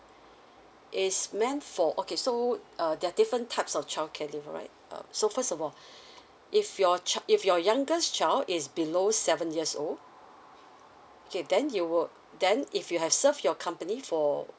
is meant for okay so uh there are different types of childcare leave alright uh so first of all uh if your child if your youngest child is below seven years old okay then you will then if you have serve your company for